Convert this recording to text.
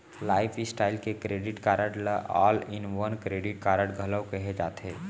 lifestyle credit card ल all in one credit card घलो केहे जाथे